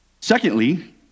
Secondly